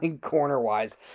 corner-wise